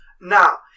Now